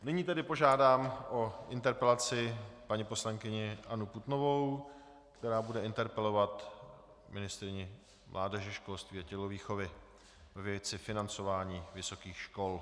Nyní tedy požádám o interpelaci paní poslankyni Annu Putnovou, která bude interpelovat ministryni mládeže, školství a tělovýchovy ve věci financování vysokých škol.